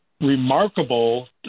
remarkable